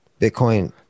Bitcoin